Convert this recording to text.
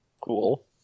cool